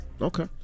Okay